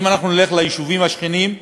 אם אנחנו נלך ליישובים השכנים,